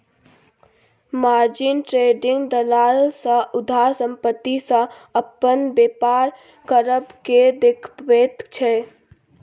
margin trading दलाल सँ उधार संपत्ति सँ अपन बेपार करब केँ देखाबैत छै